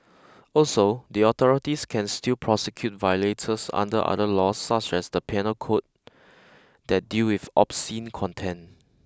also the authorities can still prosecute violators under other laws such as the Penal code that deal with obscene content